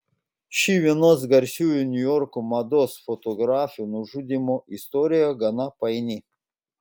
ši vienos garsiausių niujorko mados fotografių nužudymo istorija gana paini